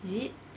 is it